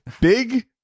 Big